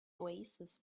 oasis